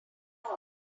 all